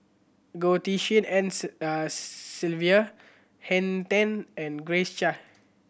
Goh Tshin En Sylvia Henn Tan and Grace Chia